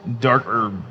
darker